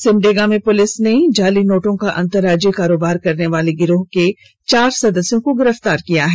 Simdega police ने जाली नोटों का अंतरराज्यीय करोबार करनेवाले गिरोह के चार सदस्यों को गिरफ्तार किया है